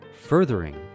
furthering